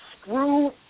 screw